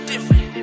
Different